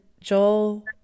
Joel